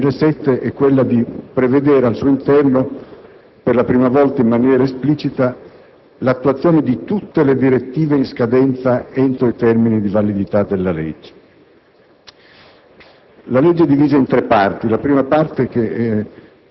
La caratteristica della legge comunitaria 2007 è quella di prevedere al suo interno per la prima volta in maniera esplicita l'attuazione di tutte le direttive in scadenza entro i termini di validità della legge.